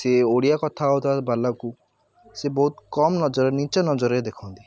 ସେ ଓଡ଼ିଆ କଥା ହେଉଥୁବା ବାଲାକୁ ସେ ବହୁତ କମ୍ ନଜରରେ ନିଚ୍ଚ ନଜରରେ ଦେଖନ୍ତି